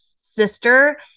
sister